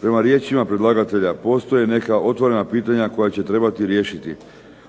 Prema riječima predlagatelja postoje neka otvorena pitanja koja će trebati riješiti,